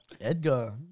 Edgar